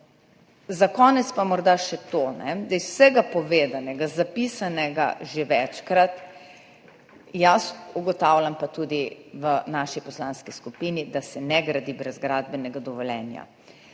Za konec pa morda še to, da iz vsega povedanega in že večkrat zapisanega ugotavljam, pa tudi v naši poslanski skupini, da se ne gradi brez gradbenega dovoljenja.